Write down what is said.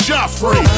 Joffrey